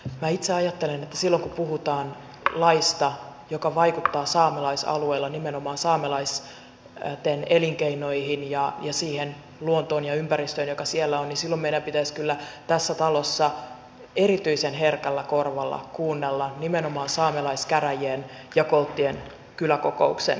minä itse ajattelen että silloin kun puhutaan laista joka vaikuttaa saamelaisalueilla nimenomaan saamelaisten elinkeinoihin ja siihen luontoon ja ympäristöön joka siellä on niin silloin meidän pitäisi kyllä tässä talossa erityisen herkällä korvalla kuunnella nimenomaan saamelaiskäräjien ja kolttien kyläkokouksen mielipidettä